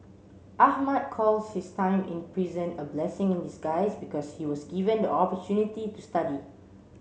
Ahmad calls his time in prison a blessing in disguise because he was given the opportunity to study